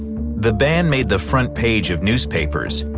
the ban made the front page of newspapers,